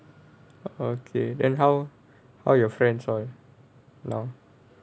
okay then how how your friends now